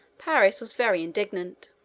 paris was very indignant.